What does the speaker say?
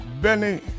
Benny